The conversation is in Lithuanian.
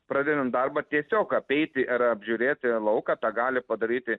pradedant darbą tiesiog apeiti ar apžiūrėti lauką tą gali padaryti